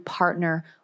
partner